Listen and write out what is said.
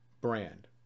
brand